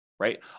right